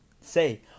say